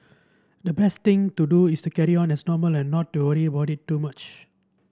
the best thing to do is to carry on as normal and not to worry about it too much